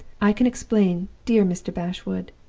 i can explain, dear mr. bashwood,